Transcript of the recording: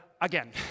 again